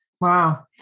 Wow